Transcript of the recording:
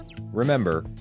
Remember